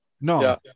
No